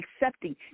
accepting